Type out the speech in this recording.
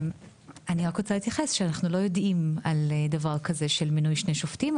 אני רק רוצה להתייחס שאנחנו לא יודעים על דבר כזה של מינוי שני שופטים,